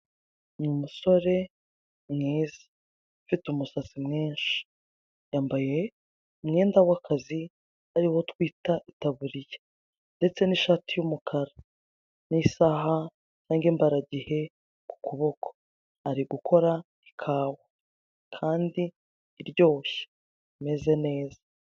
Ni umusore mwiza. ufite umusatsi mwinshi. Yambaye umwenda w'akazi, ari wo twita itaburiya. Ndetse n'ishati y'umukara. N'isaha cyangwa imbaragihe ku kuboko. Ari gukora ikawa. Kandi iryoshye. Imeze neza.